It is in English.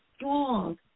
strong